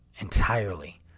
entirely